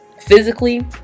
physically